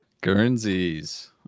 Guernseys